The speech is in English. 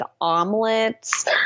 omelets